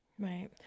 Right